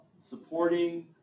supporting